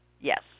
Yes